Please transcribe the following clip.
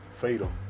fatal